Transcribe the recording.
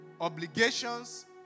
obligations